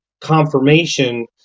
confirmation